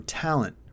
talent